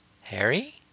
Harry